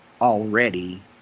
already